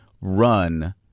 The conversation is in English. Run